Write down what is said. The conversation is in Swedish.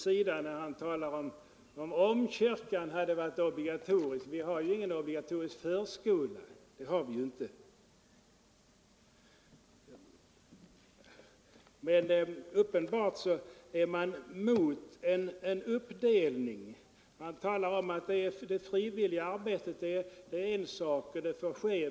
ligger väl missförståndet på herr Svenssons sida. Vi talar ju inte om någon obligatorisk förskola. Uppenbarligen är man emot en uppdelning. Man talar om att det frivilliga arbetet är en sak. Det får ske.